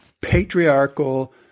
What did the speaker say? patriarchal